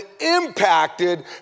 impacted